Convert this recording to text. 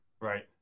Right